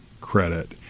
credit